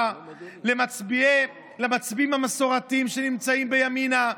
אלא למצביעים המסורתיים שנמצאים בימינה,